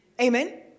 Amen